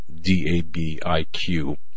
D-A-B-I-Q